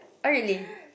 oh really